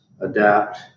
adapt